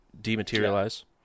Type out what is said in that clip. dematerialize